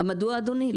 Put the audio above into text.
מדוע אדוני?